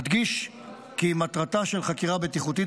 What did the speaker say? אדגיש כי מטרתה של חקירה בטיחותית